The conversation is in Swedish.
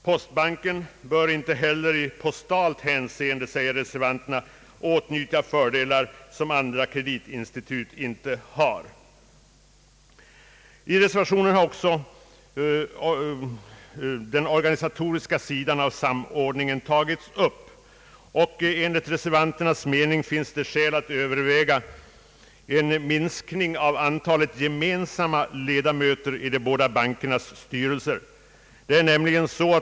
Postbanken bör inte heller i postalt hänseende, säger reservanterna, åtnjuta fördelar som andra kreditinstitut inte har. I reservationen har också den organisatoriska sidan av samordningen tagits upp, och enligt reservanternas mening finns det skäl att överväga en minskning av antalet gemensamma ledamöter i de båda bankernas styrelser.